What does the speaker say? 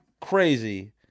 crazy